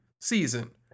season